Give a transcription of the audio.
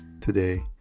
Today